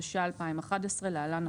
התשע"א-2011 (להלן,